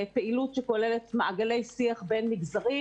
פעילות שכוללת מעגלי שיח בין מגזרים,